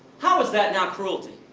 how is that not cruelty?